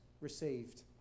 received